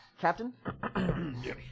Captain